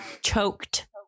choked